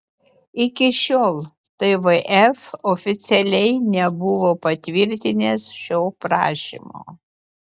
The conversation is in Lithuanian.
iki šiol tvf oficialiai nebuvo patvirtinęs šio prašymo